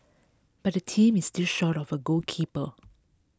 but the team is still short of a goalkeeper